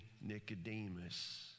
Nicodemus